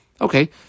Okay